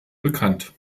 bekannt